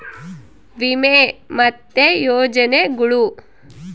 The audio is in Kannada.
ವಿಮೆ ಮತ್ತೆ ಯೋಜನೆಗುಳು